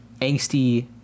angsty